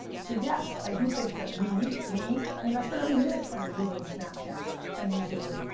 so yes, i do think that we, me i mean i spend every minute trying to ruin snapchat and musically.